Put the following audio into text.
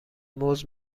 موز